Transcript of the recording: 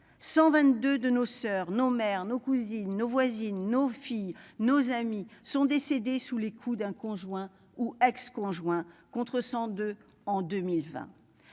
122 de nos soeurs, nos mères, nos cousines nos voisines, nos filles, nos amis sont décédées sous les coups d'un conjoint ou ex- conjoint, contre 102 en 2020.